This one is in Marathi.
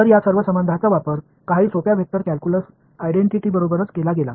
तर या सर्व संबंधांचा वापर काही सोप्या वेक्टर कॅल्क्यूलस आयडेंटिटी बरोबरच केला गेला